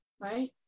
right